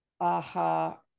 aha